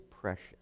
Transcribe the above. precious